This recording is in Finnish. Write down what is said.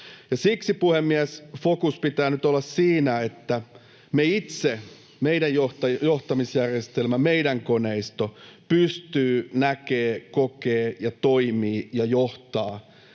siksi, puhemies, fokuksen pitää nyt olla siinä, että me itse, meidän johtamisjärjestelmä ja meidän koneisto pystyy, näkee, kokee, toimii ja johtaa,